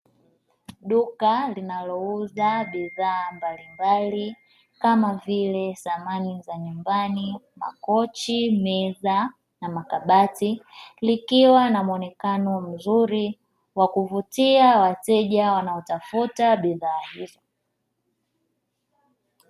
Duka linalouza bidhaa mbalimbali kama vile thamani za nyumbani, makochi, meza na makabati likiwa na muonekano mzuri wa kuvutia wateja wanaotafuta bidhaa hizo.